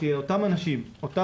כי אותם 100,000